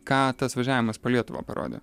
ką tas važiavimas po lietuvą parodė